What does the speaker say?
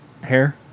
hair